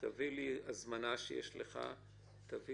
הזמנה שיש לו וכד',